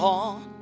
on